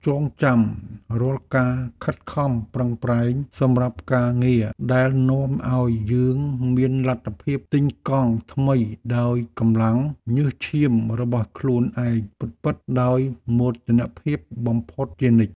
ចងចាំរាល់ការខិតខំប្រឹងប្រែងសម្រាប់ការងារដែលនាំឱ្យយើងមានលទ្ធភាពទិញកង់ថ្មីដោយកម្លាំងញើសឈាមរបស់ខ្លួនឯងពិតៗដោយមោទនភាពបំផុតជានិច្ច។